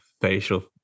facial